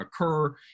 occur